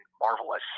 marvelous